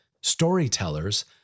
storytellers